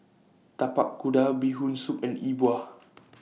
Tapak Kuda Bee Hoon Soup and E Bua